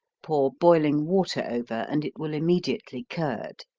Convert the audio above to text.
pour boiling water over and it will immediately curd.